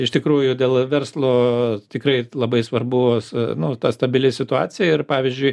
iš tikrųjų dėl verslo tikrai labai svarbus nu ta stabili situacija ir pavyzdžiui